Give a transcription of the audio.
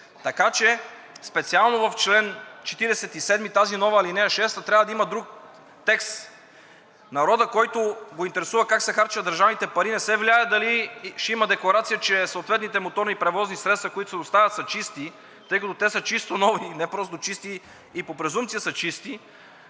Така че специално в чл. 47 тази нова ал. 6 трябва да има друг текст. Народът, който го интересува как се харчат държавните пари, не се влияе дали ще има декларация, че съответните моторни превозни средства, които се доставят, са чисти, тъй като те са чисто нови и не са просто чисти, а по презумпция са чисти.